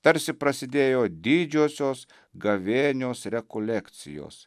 tarsi prasidėjo didžiosios gavėnios rekolekcijos